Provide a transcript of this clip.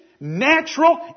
natural